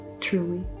truly